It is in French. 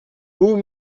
vous